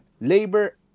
labor